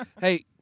hey